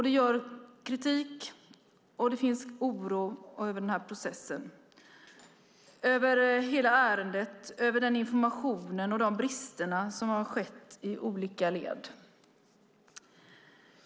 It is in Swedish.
Det finns kritik och det finns oro över den här processen, över hela ärendet, över informationen och över bristerna i olika led.